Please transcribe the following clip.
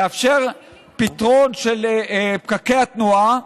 לאפשר פתרון לפקקי התנועה.